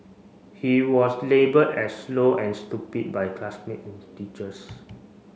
he was labelled as slow and stupid by classmate and teachers